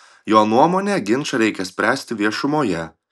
jo nuomone ginčą reikia spręsti viešumoje